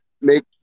make